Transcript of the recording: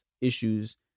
issues